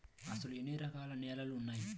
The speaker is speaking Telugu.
అసలు ఎన్ని రకాల నేలలు వున్నాయి?